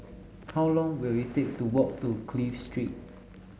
how long will it take to walk to Clive Street